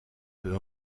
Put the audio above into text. peut